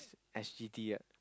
S_G_D ah